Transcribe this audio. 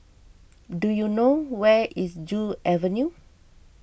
do you know where is Joo Avenue